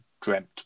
dreamt